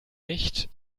nicht